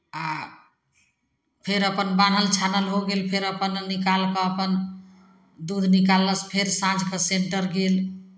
आ फेर अपन बान्हल छान्हल हो गेल फेर अपन निकाल कऽ अपन दूध निकाललस फेर साँझ कऽ सेन्टर गेल